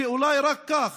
אולי רק כך